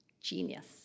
Genius